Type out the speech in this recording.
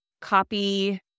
copy